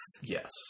Yes